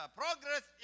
progress